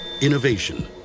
Innovation